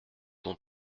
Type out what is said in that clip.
ton